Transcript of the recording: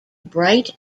bright